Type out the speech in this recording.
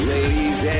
Ladies